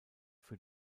für